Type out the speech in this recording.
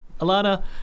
alana